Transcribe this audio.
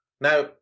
Now